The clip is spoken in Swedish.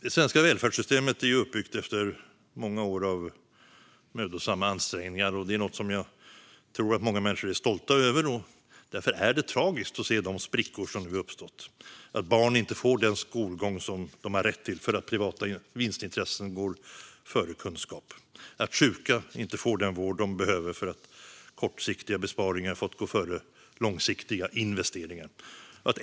Det svenska välfärdssystemet är uppbyggt efter många år av mödosamma ansträngningar och är något som jag tror att många människor är stolta över. Därför är det tragiskt att se de sprickor som nu uppstått. Barn får inte den skolgång som de har rätt till, då privata vinstintressen går före kunskap. Sjuka får inte den vård de behöver, då kortsiktiga besparingar fått gå före långsiktiga investeringar.